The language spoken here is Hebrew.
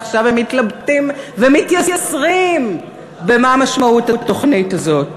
ועכשיו הם מתלבטים ומתייסרים מה משמעות התוכנית הזאת.